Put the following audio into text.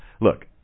Look